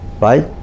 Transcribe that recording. right